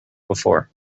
before